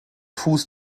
fuß